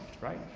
right